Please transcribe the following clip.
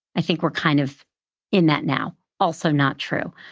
i think we're kind of in that now. also not true.